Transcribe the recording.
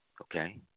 Okay